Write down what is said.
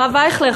הרב אייכלר,